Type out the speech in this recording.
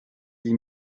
dix